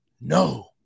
no